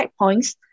checkpoints